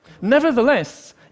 Nevertheless